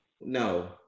No